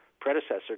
predecessor